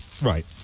Right